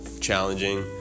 challenging